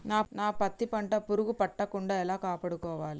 నా పత్తి పంట పురుగు పట్టకుండా ఎలా కాపాడుకోవాలి?